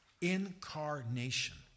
Incarnation